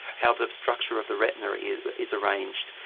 how the structure of the retina is arranged.